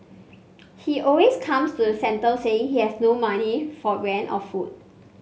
he always comes to the centre saying he has no money for rent or food